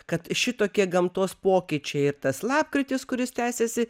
kad šitokie gamtos pokyčiai ir tas lapkritis kuris tęsiasi